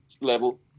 level